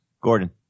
Gordon